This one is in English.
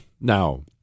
Now